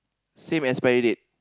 same expiry date